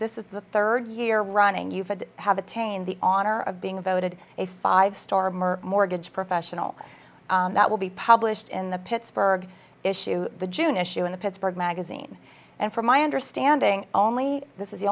this is the third year running you've had to have attained the honor of being voted a five star mer mortgage professional that will be published in the pittsburgh issue the june issue in the pittsburgh magazine and from my understanding only this is the